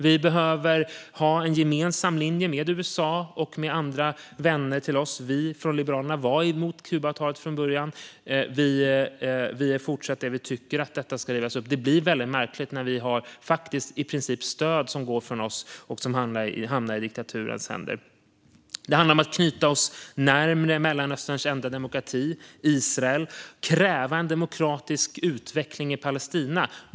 Vi behöver ha en gemensam linje med USA och andra vänner. Liberalerna var emot Kubaavtalet från början och är fortsatt det, och vi tycker att det ska rivas upp. Det är märkligt att stöd från oss hamnar i diktaturens händer. Det handlar om att sluta upp bakom Mellanösterns enda demokrati, Israel, och kräva en demokratisk utveckling i Palestina.